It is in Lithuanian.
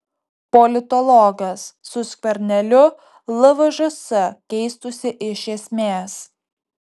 politologas su skverneliu lvžs keistųsi iš esmės